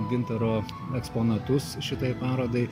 gintaro eksponatus šitai parodai